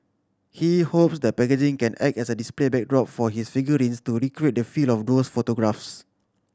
he hopes the packaging can act as a display backdrop for his figurines to recreate the feel of those photographs